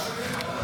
תמרוקים.